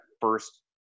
first